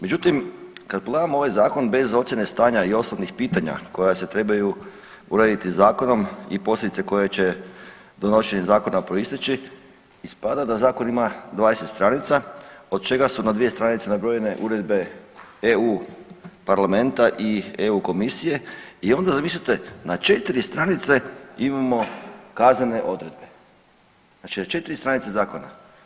Međutim kad pogledamo ovaj zakon bez ocjene stanje i osnovnih pitanja koja se trebaju urediti zakonom i posljedice koje će donošenjem zakona proisteći, ispada da zakon ima 20 stranica od čega su na dvije stranice nabrojane uredbe EU Parlamenta i EU Komisije i onda zamislite na četiri stranice imamo kaznene odredbe, znači na četiri stranice zakona.